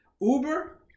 Uber